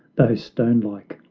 though stone-like,